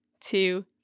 two